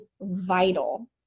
vital